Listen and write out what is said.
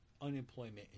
unemployment